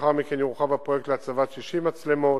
ולאחר מכן יורחב הפרויקט להצבת 60 מצלמות,